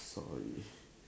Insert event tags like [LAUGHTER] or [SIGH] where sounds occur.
sorry [BREATH]